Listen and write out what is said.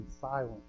silent